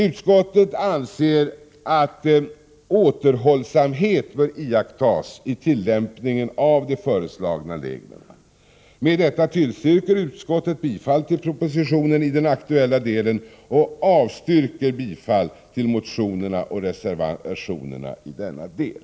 Utskottet anser att återhållsamhet bör iakttas i tillämpningen av de föreslagna reglerna. Med detta tillstyrker utskottet bifall till propositionen i den aktuella delen och avstyrker bifall till motionerna och reservationerna i denna del.